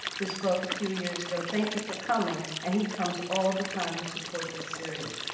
who spoke a few years ago. thank you for coming, and he comes all the time to support this series.